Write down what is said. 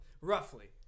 Roughly